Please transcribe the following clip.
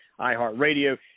iHeartRadio